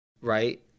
right